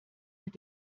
mit